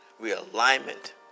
realignment